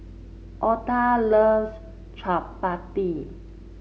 Altha loves Chapati